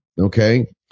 okay